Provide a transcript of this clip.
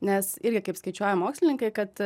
nes irgi kaip skaičiuoja mokslininkai kad